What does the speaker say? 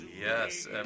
yes